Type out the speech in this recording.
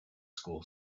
school